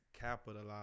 capitalize